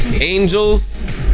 angels